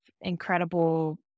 incredible